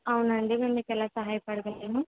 అవునండి మేము మీకు ఎలా సహాయపడగలము